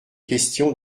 question